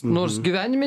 nors gyvenime